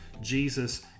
Jesus